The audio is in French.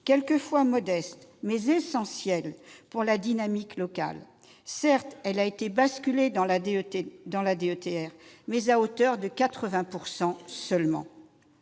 quelquefois modestes, mais essentiels pour la dynamique locale., elle a été basculée dans la DETR, mais à hauteur de 80 % seulement